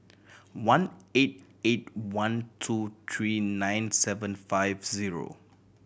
one eight eight one two three nine seven five zero